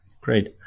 Great